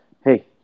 hey